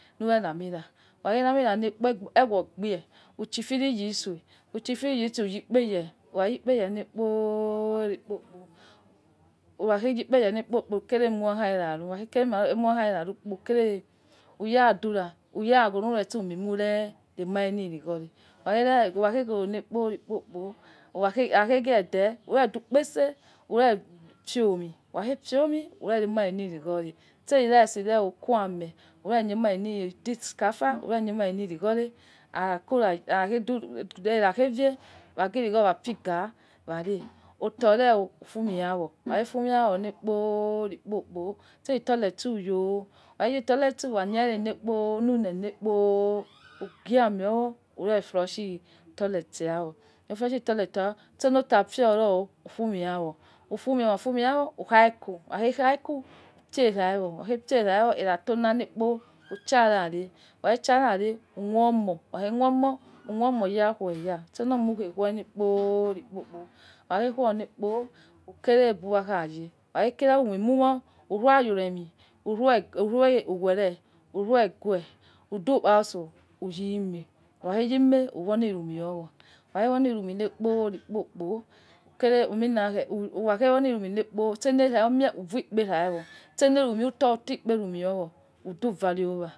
Lire rami ra ole rewa amie uchi firi yo ifie eghue obie, uchifiri ro isue iyi ikpo oye le kpo li kpo kpo ukere umu khore ra rue ukhare umu era lule ura dura ura khair ya lukere umu kholi li kigwo re, ukha ge ghoro le kpo ukpo akhaghe ye de ure dukpe se ure pio omi ugha ghe pio omi ure remere likigwo seli rice ro ukha me luse li loigwo re, udi isi kafa udu aire pukha ghe way then wa ghi loigwo wafiga waghe re then otore ufumeya ukhage fue wole kpo li kpo kpo se toilet uye ukha khele kpo lule kpo ughiame owo ure flush toilet awa ukhaghe flush toilet awo le se otafe ra ufu may wo khagefue wo ukhai ku ukhaghe khaiku ufiara wo, ugha wo le kpo usha ra ukhor omo, ukhormor ya khue ya, ukhage woya le kpo li kpo kpo ukha whe ru wa le waye bu wan kha ye okhage kira bu wakha ye, umu oromi, urowele urun egure udu kpa uso utine ukhage time uwole erumi yowo ukhaghe wole laimi le kpo likpo kpo tse lira umire uvole era iyo wo se le ru mi uto uti ikpemmi yo udu vare owa.